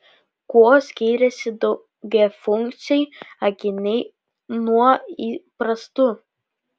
kuo skiriasi daugiafunkciai akiniai nuo įprastų